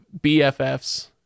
BFFs